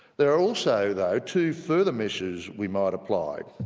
there are also though two further measures we might apply